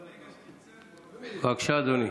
בבקשה, אדוני.